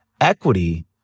equity